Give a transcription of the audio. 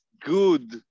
good